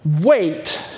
Wait